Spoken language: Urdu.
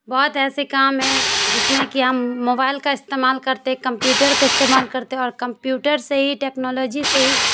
بہت ایسے کام ہیں جس میں کہ ہم موبائل کا استعمال کرتے کمپیوٹر کا استعمال کرتے اور کمپیوٹر سے ہی ٹیکنالوجی سے ہی